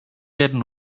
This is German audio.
werden